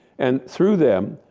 and through them,